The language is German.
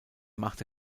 machte